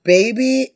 Baby